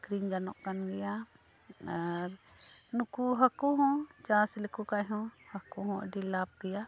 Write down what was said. ᱟᱹᱠᱷᱟᱹᱨᱤᱧ ᱜᱟᱱᱚᱜ ᱠᱟᱱ ᱜᱮᱭᱟ ᱟᱨ ᱱᱩᱠᱩ ᱦᱟᱹᱠᱩ ᱦᱚᱸ ᱪᱟᱥ ᱞᱮᱠᱚ ᱠᱷᱟᱱ ᱦᱚᱸ ᱦᱟᱹᱠᱩ ᱦᱚᱸ ᱟᱹᱰᱤ ᱞᱟᱵᱷ ᱜᱮᱭᱟ